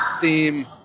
theme